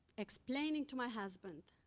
explaining to my husband,